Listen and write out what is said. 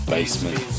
Basement